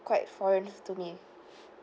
quite foreign to me